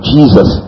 Jesus